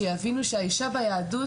שיבינו שהאישה ביהדות